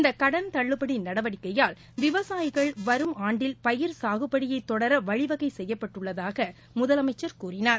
இந்த கடன் தள்ளுபடி நடவடிக்கையால் விவசாயிகள் வரும் ஆண்டில் பயிர் சாகுபடியை தொடர வழிவகை செய்யப்பட்டுள்ளதாக முதலமைச்சர் கூறினார்